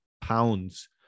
pounds